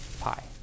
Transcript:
pi